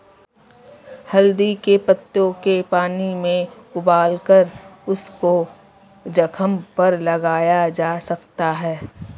हल्दी के पत्तों के पानी में उबालकर उसको जख्म पर लगाया जा सकता है